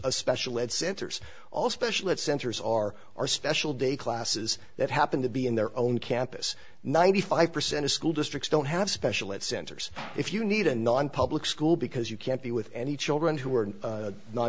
a special ed centers all special it centers are our special day classes that happen to be in their own campus ninety five percent of school districts don't have special at centers if you need a nonpublic school because you can't be with any children who are